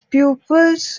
pupils